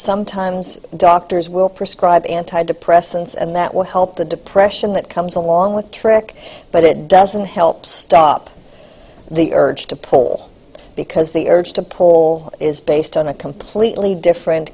sometimes doctors will prescribe antidepressants and that will help the depression that comes along with trick but it doesn't help stop the urge to pull because the urge to paul is based on a completely different